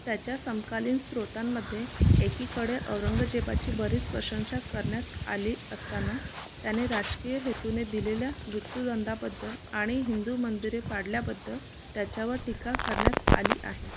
त्याच्या समकालीन स्त्रोतांमध्ये एकीकडे औरंगजेबाची बरीच प्रशंसा करण्यात आली असताना त्याने राजकीय हेतूने दिलेल्या मृत्युदंडांबद्दल आणि हिंदू मंदिरे पाडल्याबद्दल त्याच्यावर टीका करण्यात आली आहे